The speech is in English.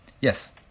Yes